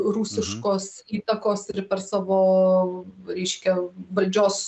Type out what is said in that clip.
rusiškos įtakos ir per savo reiškia valdžios